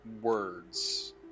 words